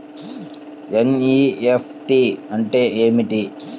NEFT అంటే ఏమిటీ?